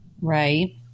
right